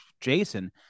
Jason